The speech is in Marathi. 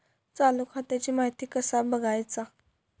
चालू खात्याची माहिती कसा बगायचा?